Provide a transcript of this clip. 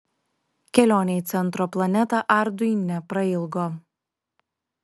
kelionė į centro planetą ardui neprailgo